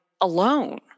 alone